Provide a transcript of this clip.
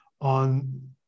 on